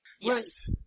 Yes